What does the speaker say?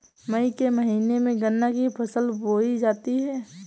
मई के महीने में गन्ना की फसल बोई जाती है